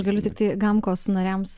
galiu tiktai gamkos nariams